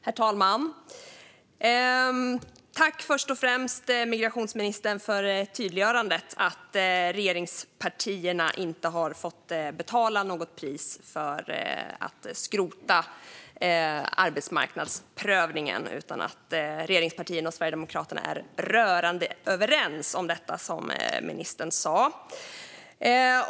Herr talman! Först och främst - tack, migrationsministern, för tydliggörandet av att regeringspartierna inte har fått betala något pris för att skrota arbetsmarknadsprövningen utan att regeringspartierna och Sverigedemokraterna är rörande överens om detta, som ministern sa.